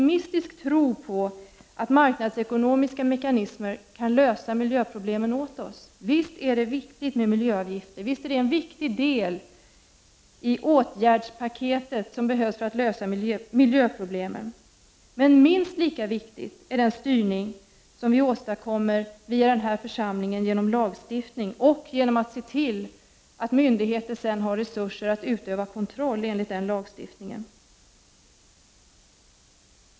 1989/90:31 miska mekanismer kan lösa miljöproblemen åt oss. Visst är det viktigt med 22 november 1989 miljöavgifter, och visst utgör de en viktig del i det åtgärdspaket som behövs för att lösa miljöproblemen, men minst lika viktig är den styrning som vi i denna församling åstadkommer genom lagstiftning och genom att se till att myndigheter sedan har resurser att utöva kontroll enligt denna lagstiftning.